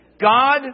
God